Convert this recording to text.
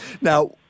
Now